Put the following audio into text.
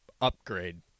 upgrade